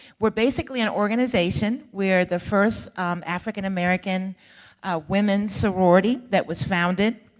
we're basically an organization, we're the first african-american women's sorority that was founded,